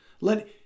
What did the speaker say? Let